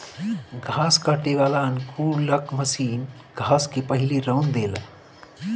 घास काटे वाला अनुकूलक मशीन घास के पहिले रौंद देला